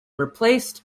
replaced